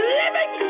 living